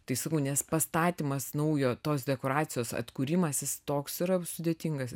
tai sakau nes pastatymas naujo tos dekoracijos atkūrimas jis toks yra sudėtingas